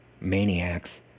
maniacs